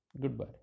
goodbye